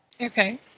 Okay